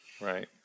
Right